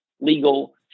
legal